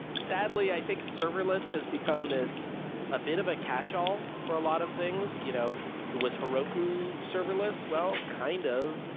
sadly, i think serverless has become this a bit of a catch all for a lot of things. you know was heroku serverless? well, kind of.